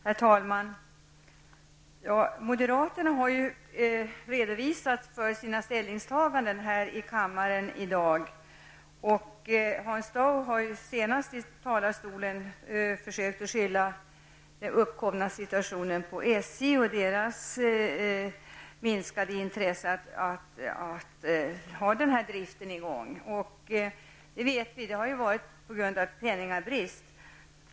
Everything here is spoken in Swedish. Herr talman! Moderaterna har här i kammaren i dag redogjort för sina ställningstaganden. Senast har Hans Dau från talarstolen försökt skylla den uppkomna situationen på SJ och dess minskade intresse av att hålla driften på inlandsbanan i gång. Vi vet att det berodde på penningbrist.